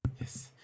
Yes